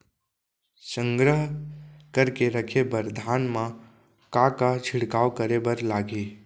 संग्रह करके रखे बर धान मा का का छिड़काव करे बर लागही?